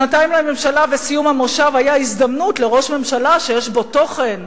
שנתיים לממשלה וסיום המושב היה הזדמנות לראש ממשלה שיש לו תוכן,